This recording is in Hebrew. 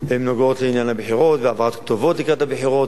נוגעות בעניין הבחירות והעברת כתובות לקראת הבחירות.